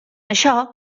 això